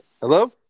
Hello